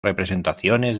representaciones